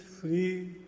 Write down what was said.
free